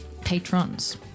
patrons